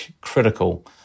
critical